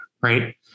Right